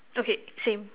okay same